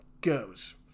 goes